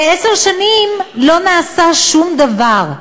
ועשר שנים לא נעשה שום דבר,